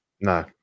no